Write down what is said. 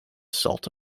salt